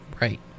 Right